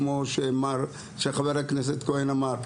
כמו שחבר הכנסת כהן אמר,